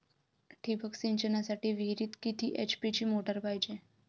ठिबक सिंचनासाठी विहिरीत किती एच.पी ची मोटार पायजे?